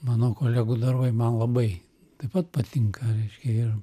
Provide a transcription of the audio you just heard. mano kolegų darbai man labai taip pat patinka reiškia ir